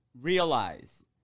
realize